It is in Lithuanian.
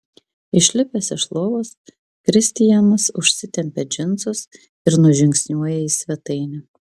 išlipęs iš lovos kristianas užsitempia džinsus ir nužingsniuoja į svetainę